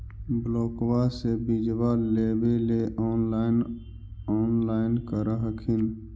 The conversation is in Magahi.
ब्लोक्बा से बिजबा लेबेले ऑनलाइन ऑनलाईन कर हखिन न?